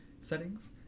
settings